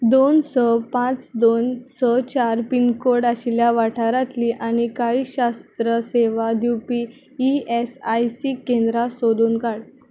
दोन स पांच दोन स चार पिनकोड आशिल्ल्या वाठारांतली आनी काळीज शास्त्र सेवा दिवपी ई एस आय सी केंद्रां सोदून काड